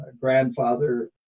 grandfather